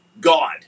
God